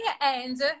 and-